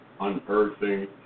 unearthing